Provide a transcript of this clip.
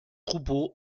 troupeau